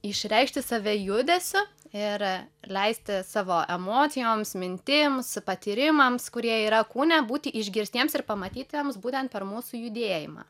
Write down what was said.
išreikšti save judesiu ir leisti savo emocijoms mintims patyrimams kurie yra kūne būti išgirstiems ir pamatytiems būtent per mūsų judėjimą